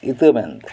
ᱤᱛᱟᱹ ᱢᱮᱱᱛᱮ